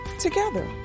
together